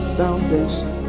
foundation